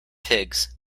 pigs